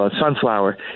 sunflower